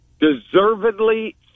deservedly